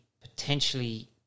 potentially